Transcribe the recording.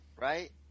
right